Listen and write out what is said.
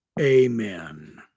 Amen